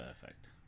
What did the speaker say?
perfect